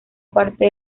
parte